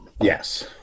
Yes